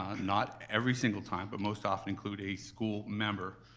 um not every single time, but most often include a school member